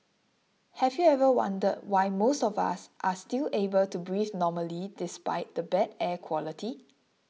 have you ever wondered why most of us are still able to breathe normally despite the bad air quality